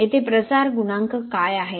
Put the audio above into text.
येथे प्रसार गुणांक काय आहे